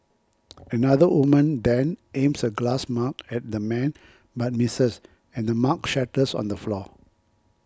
another woman then aims a glass mug at the man but misses and the mug shatters on the floor